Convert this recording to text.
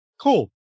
cool